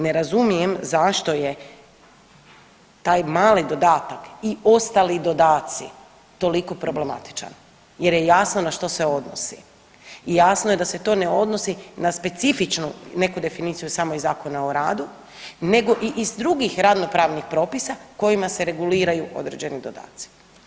Ne razumijem zašto je taj mali dodatak i ostali dodaci toliko problematičan jer je jasno na što se odnosi i jasno je da se to ne odnosi na specifičnu neku definiciju samo iz Zakona o radu nego i iz drugih radnopravnih propisa kojima se reguliraju određeni dodaci.